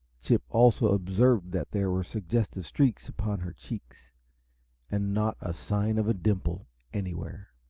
chip also observed that there were suggestive streaks upon her cheeks and not a sign of a dimple anywhere.